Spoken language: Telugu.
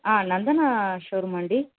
నందనా షోరూమా అండి